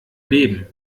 leben